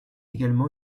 également